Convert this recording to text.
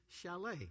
chalet